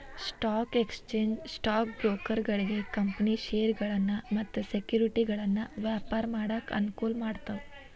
stock exchange stock ಬ್ರೋಕರ್ಗಳಿಗಿ company ಷೇರಗಳನ್ನ ಮತ್ತ ಸೆಕ್ಯುರಿಟಿಗಳನ್ನ ವ್ಯಾಪಾರ ಮಾಡಾಕ ಅನುಕೂಲ ಮಾಡ್ತಾವ